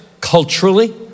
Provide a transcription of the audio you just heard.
culturally